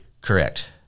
Correct